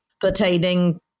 pertaining